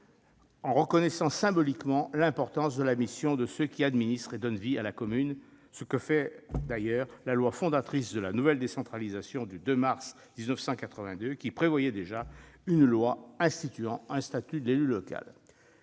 reconnaître symboliquement l'importance de la mission de ceux qui administrent et donnent vie à la commune, ce que fait d'ailleurs la loi fondatrice de la nouvelle décentralisation du 2 mars 1982, qui prévoyait déjà une loi instituant un statut de l'élu local.